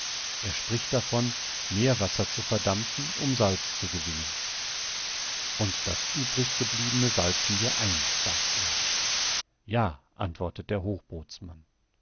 er spricht davon meerwasser zu verdampfen um salz zu gewinnen und das übrigbleibende salzen wir ein sagt er ja antwortet der